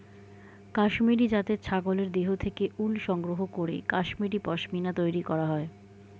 কাশ্মীরি জাতের ছাগলের দেহ থেকে উল সংগ্রহ করে কাশ্মীরি পশ্মিনা তৈরি করা হয়